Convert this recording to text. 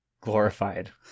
glorified